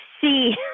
see